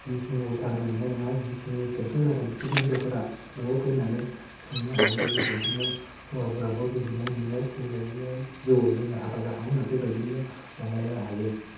जिखिनि उल्था होननो मोननाय नङा जिखिनि टेनसन जादों बेखौबो हिनजावफोरा नयाव फैनानै सोंनो हायो बेबायदिनो हौवाफोराबो गोजोननाय मोनो बे बायदिनो जिउयाव जोङो हाबा जाखांनायनि उनाव बेबायदिनो अनलायनो हायो